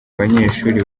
abanyeshuri